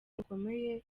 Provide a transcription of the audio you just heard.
rukomeye